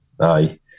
aye